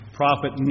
prophet